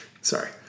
Sorry